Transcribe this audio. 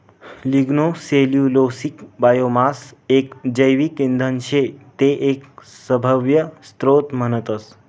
lignocellulosic biomass एक जैविक इंधन शे ते एक सभव्य स्त्रोत म्हणतस